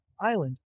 island